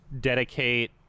dedicate